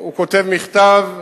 הוא כותב מכתב,